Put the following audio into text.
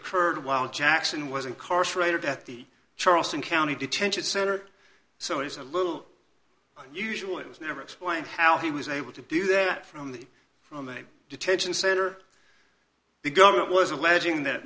occurred while jackson was incarcerated at the charleston county detention center so he's a little unusual it was never explained how he was able to do that from the from the detention center the government was alleging that